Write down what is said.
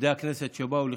עובדי הכנסת שבאו לכבודך,